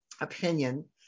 opinion